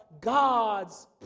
God's